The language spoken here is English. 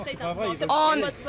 on